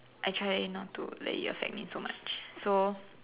I try not to let it affect me so much so